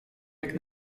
jak